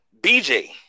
BJ